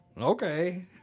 Okay